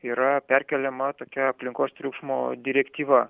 yra perkeliama tokia aplinkos triukšmo direktyva